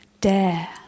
dare